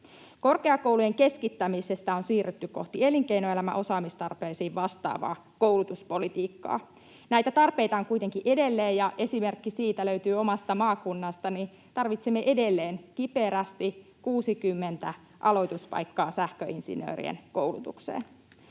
Korkeakoulujen keskittämisestä on siirrytty kohti elinkeinoelämän osaamistarpeisiin vastaavaa koulutuspolitiikkaa. Näitä tarpeita on kuitenkin edelleen, ja esimerkki siitä löytyy omasta maakunnastani. Tarvitsemme edelleen kiperästi 60 aloituspaikkaa sähköinsinöörien koulutukseen.